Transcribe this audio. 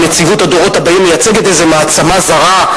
נציבות הדורות הבאים מייצגת פה איזו מעצמה זרה?